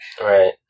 Right